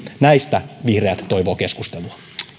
näistä vihreät toivovat keskustelua